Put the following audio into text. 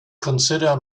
consider